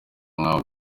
nk’aho